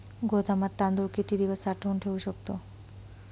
गोदामात तांदूळ किती दिवस साठवून ठेवू शकतो?